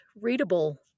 readable